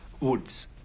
Woods